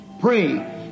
Pray